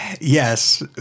Yes